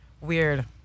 weird